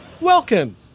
Welcome